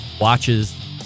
Watches